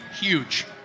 huge